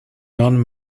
non